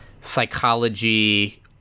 psychology